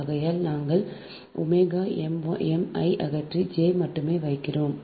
ஆகையால் நாங்கள் omega m I அகற்றி j மட்டுமே வைக்கிறோம்